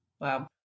Wow